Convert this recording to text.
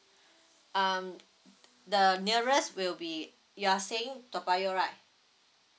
um the nearest will be you are staying toa payoh right